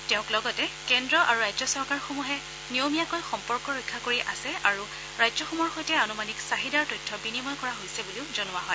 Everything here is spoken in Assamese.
তেওঁক লগতে কেন্দ্ৰ আৰু ৰাজ্য চৰকাৰসমূহে নিয়মীয়াকৈ সম্পৰ্ক ৰক্ষা কৰি আছে আৰু ৰাজ্যসমূহৰ সৈতে আনুমানিক চাহিদাৰ তথ্য বিনিময় কৰা হৈছে বুলি জনোৱা হয়